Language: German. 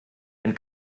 wenn